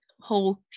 whole